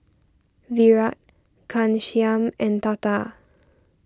Virat Ghanshyam and Tata